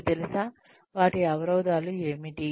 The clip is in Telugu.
మీకు తెలుసా వాటి అవరోధాలు ఏమిటి